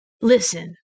Listen